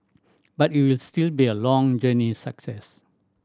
but it will still be a long journey success